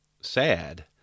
sad